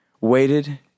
waited